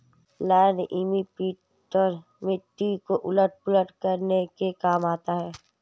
land imprinter मिट्टी को उलट पुलट करने के काम आता है